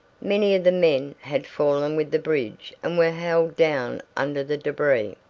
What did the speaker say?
many of the men had fallen with the bridge and were held down under the debris.